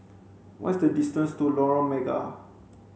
What is the distance to Lorong Mega